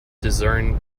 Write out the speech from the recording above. discern